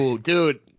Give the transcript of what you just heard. dude